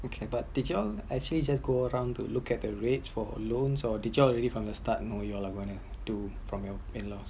okay but did y'all I see just go around to look at the rates for a loan or did y'all already from a start know y'all are going to do from your in laws